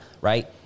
right